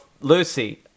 Lucy